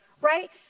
right